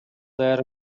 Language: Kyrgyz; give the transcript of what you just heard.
даяр